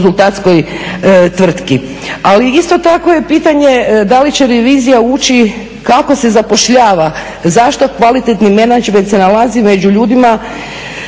konzultantskoj tvrtki, ali isto tako je pitanje da li će revizija ući, kako se zapošljava, zašto kvalitetni menadžment se nalazi među ljudima